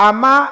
Ama